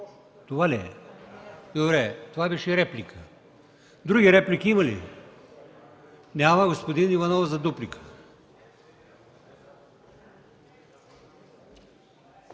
(Реплики.) Добре. Това беше реплика. Други реплики има ли? Няма. Господин Иванов – за дуплика.